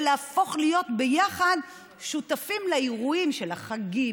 ולהפוך להיות ביחד שותפים לאירועים של החגים,